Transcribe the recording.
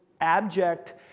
abject